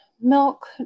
milk